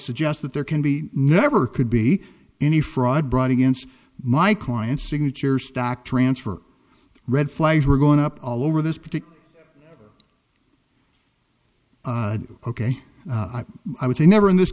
suggest that there can be never could be any fraud brought against my clients signature stock transfer red flags were going up all over this particular ok i would say never in this